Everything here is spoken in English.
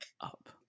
up